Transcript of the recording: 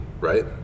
right